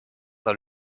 dans